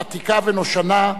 עתיקה ונושנה,